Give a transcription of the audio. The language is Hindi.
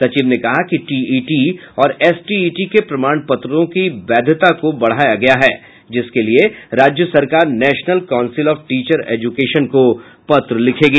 सचिव ने कहा कि टीईटी और एसटीईटी के प्रमाण पत्रों की वैधता को बढ़ाया गया है जिसके लिए राज्य सरकार National Council of Teacher Education को पत्र लिखेगी